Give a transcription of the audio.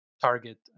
target